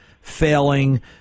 failing